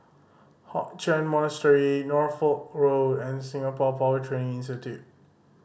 Hock Chuan Monastery Norfolk Road and Singapore Power Training Institute